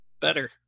better